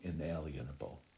inalienable